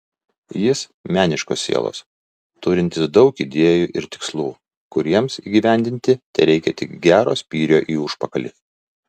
jis meniškos sielos turintis daug idėjų ir tikslų kuriems įgyvendinti tereikia tik gero spyrio į užpakalį